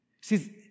See